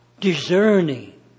discerning